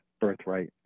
birthright